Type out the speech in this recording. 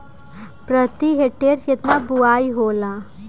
प्रति हेक्टेयर केतना बुआई होला?